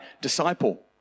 disciple